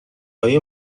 های